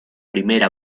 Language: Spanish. primera